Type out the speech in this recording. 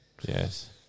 Yes